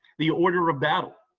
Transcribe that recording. the order of battle,